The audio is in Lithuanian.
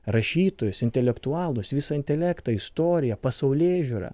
rašytojus intelektualus visą intelektą istoriją pasaulėžiūrą